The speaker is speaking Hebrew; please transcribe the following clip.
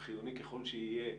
חיוני ככל שיהיה,